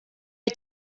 are